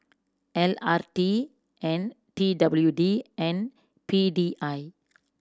L R T N T W D and P D I